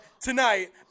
tonight